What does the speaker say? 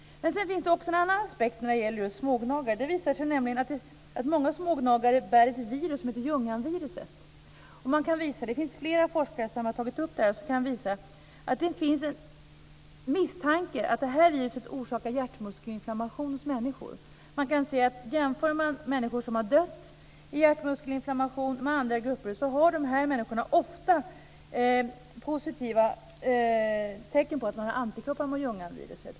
Det finns också en annan aspekt när det gäller just smågnagare. Det visar sig nämligen att många smågnagare bär på ett virus som heter Ljunganviruset. Det finns flera forskare som har tagit upp detta och som kan visa att det finns en misstanke att det här viruset orsakar hjärtmuskelinflammation hos människor. Jämför man människor som har dött i hjärtmuskelinflammation med andra grupper visar det sig att de här människorna ofta har antikroppar mot Ljunganviruset.